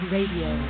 Radio